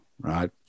right